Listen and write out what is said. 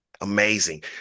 amazing